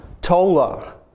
Tola